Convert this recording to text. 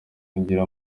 kugira